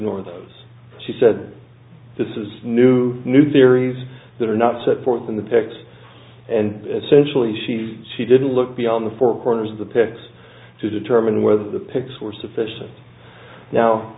those she said this is new new theories that are not set forth in the text and essentially she she didn't look beyond the four corners of the pics to determine whether the pics were sufficient now